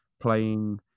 playing